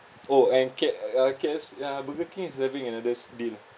oh and K uh K_F_C ah burger king is having another sa~ deal